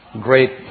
great